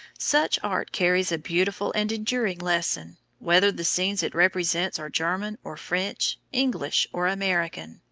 such art carries a beautiful and enduring lesson, whether the scenes it represents are german or french, english or american.